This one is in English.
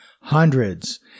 Hundreds